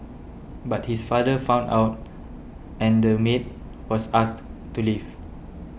but his father found out and the maid was asked to leave